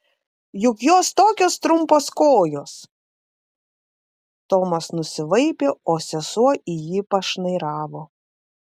juk jos tokios trumpos kojos tomas nusivaipė o sesuo į jį pašnairavo